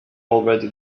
already